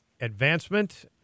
advancement